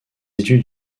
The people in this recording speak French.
études